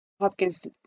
Hopkins